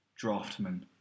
draftman